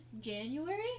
January